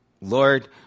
Lord